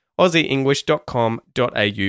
aussieenglish.com.au